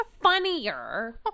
funnier